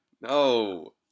no